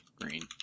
Green